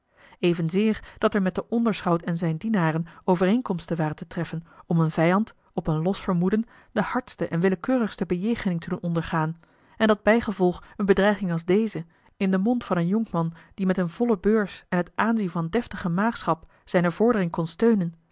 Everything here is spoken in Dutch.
evenzeer dat er met den onderschout en zijne dienaren overeenkomsten waren te treffen om een vijand op een los vermoeden de hardste en willekeurigste bejegening te doen ondergaan en dat bijgevolg eene bedreiging als deze in den mond van een jonkman die met eene volle beurs en het aanzien van deftige maagschap zijne vordering kon steunen